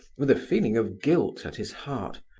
with a feeling of guilt at his heart,